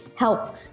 help